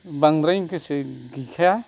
बांद्राय गोसो गैखाया